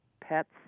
pets